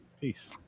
Peace